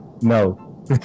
no